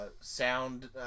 sound